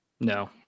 no